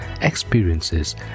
experiences